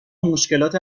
مشکلات